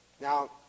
Now